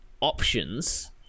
options